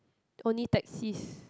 only taxis